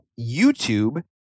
YouTube